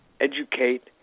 educate